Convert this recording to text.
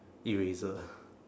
eraser